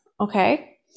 okay